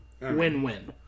Win-win